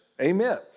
Amen